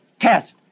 test